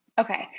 Okay